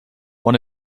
one